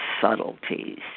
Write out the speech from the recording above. subtleties